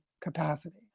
capacity